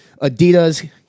Adidas